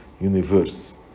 universe